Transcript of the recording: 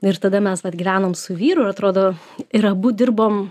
ir tada mes gyvenom su vyru ir atrodo ir abu dirbom